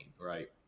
right